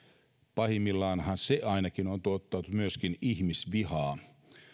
pahimmillaanhan se on tuottanut ainakin ihmisvihaa